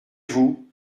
vous